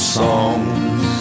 songs